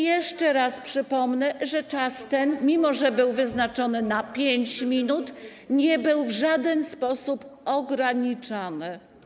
I jeszcze raz przypomnę, że czas ten, mimo że był wyznaczony na 5 minut, nie był w żaden sposób ograniczany.